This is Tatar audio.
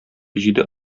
җиде